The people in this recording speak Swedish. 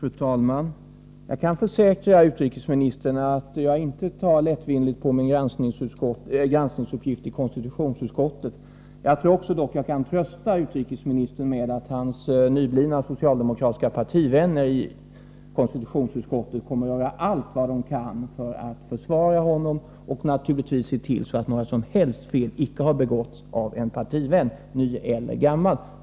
Fru talman! Jag kan försäkra utrikesministern att jag inte tar lättvindigt på min granskningsuppgift i konstitutionsutskottet. Jag tror dock att jag kan trösta utrikesministern med att hans nyblivna socialdemokratiska partivän ner i konstitutionsutskottet kommer att göra allt vad de kan för att försvara honom och naturligtvis se till att några som helst fel icke har begåtts av en partivän, ny eller gammal.